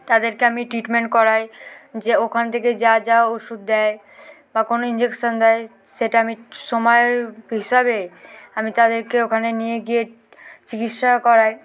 তাদেরকে আমি ট্রিটমেন্ট করাই যে ওখান থেকে যা যা ওষুধ দেয় বা কোনো ইঞ্জেকশন দেয় সেটা আমি সময় হিসাবে আমি তাদেরকে ওখানে নিয়ে গিয়ে চিকিৎসা করাই